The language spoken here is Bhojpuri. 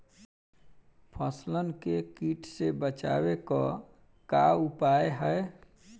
फसलन के कीट से बचावे क का उपाय है?